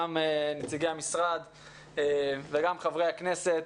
גם נציגי המשרד וגם חברי הכנסת.